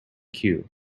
cue